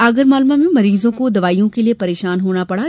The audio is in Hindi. आगरमालवा में मरीजों को दवाइयों के लिये परेशान होना पड़ा